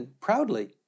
proudly